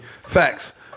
Facts